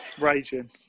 Raging